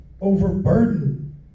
overburdened